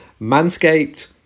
Manscaped